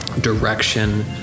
direction